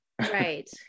Right